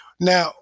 Now